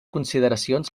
consideracions